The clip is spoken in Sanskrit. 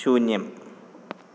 शून्यम्